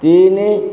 ତିନି